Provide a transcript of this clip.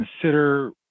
consider